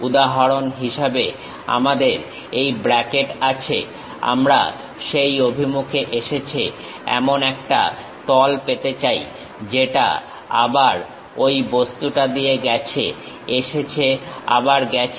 উদাহরণ হিসেবে আমাদের এই ব্রাকেট আছে আমরা সেই অভিমুখে এসেছে এমন একটা তল পেতে চাই যেটা আবার ঐ বস্তুটা দিয়ে গেছে এসেছে আবার গেছে